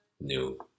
new